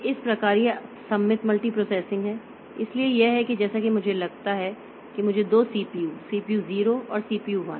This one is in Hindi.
इस प्रकार यह सममित मल्टीप्रोसेसिंग है इसलिए यह है जैसे कि मुझे लगता है कि मुझे 2 सीपीयू सीपीयू 0 और सीपीयू 1